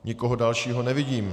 Nikoho dalšího nevidím.